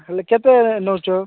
ହେଲେ କେତେ ନେଉଛୁ